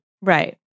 Right